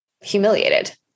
humiliated